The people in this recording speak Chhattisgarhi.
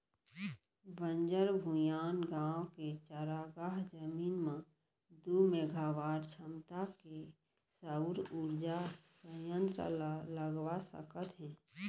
बंजर भुइंयाय गाँव के चारागाह जमीन म दू मेगावाट छमता के सउर उरजा संयत्र ल लगवा सकत हे